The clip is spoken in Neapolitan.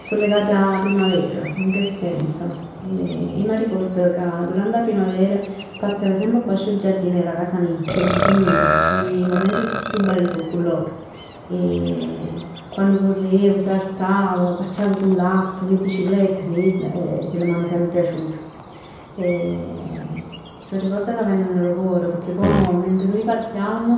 so legati 'a primavera, in che senso? Ij m'arricord ca durante 'a primavera pazziav semp abbasc 'o giardin d' 'a casa mij, cu 'e cugin mij. I momenti chiù bell so cu lor. E quann currev, saltav, pazziav cu l'acqua, cu 'e biciclette, chell, chell m'hann semp piaciuto. So ricordi ca venen d' 'o core pecchè poi mentre nuje pazziamm